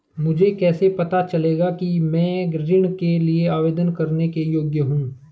मुझे कैसे पता चलेगा कि मैं ऋण के लिए आवेदन करने के योग्य हूँ?